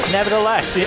nevertheless